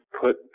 put